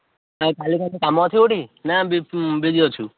ହଁ କାଲି କେଉଁଠି କାମ ଅଛି କେଉଁଠି ନା ବିଜି ଅଛୁ